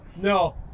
No